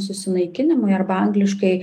susinaikinimui arba angliškai